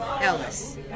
Ellis